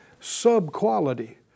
sub-quality